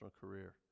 career